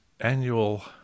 annual